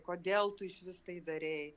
kodėl tu išvis tai darei